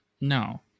no